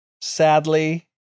sadly